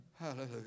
Hallelujah